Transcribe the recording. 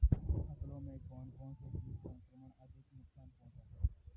फसलों में कौन कौन से कीट संक्रमण अधिक नुकसान पहुंचाते हैं?